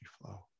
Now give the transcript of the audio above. flow